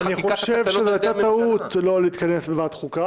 אני חושב שזאת היתה טעות לא להתכנס בוועדת חוקה